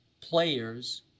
players